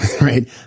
right